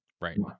Right